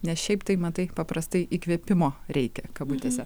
nes šiaip tai matai paprastai įkvėpimo reikia kabutėse